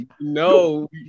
no